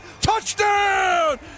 Touchdown